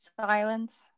silence